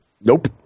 Nope